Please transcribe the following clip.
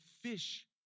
fish